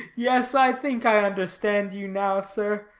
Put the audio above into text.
yes, i think i understand you now, sir.